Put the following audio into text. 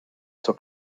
zur